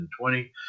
2020